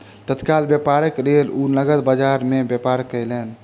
तत्काल व्यापारक लेल ओ नकद बजार में व्यापार कयलैन